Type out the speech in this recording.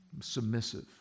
submissive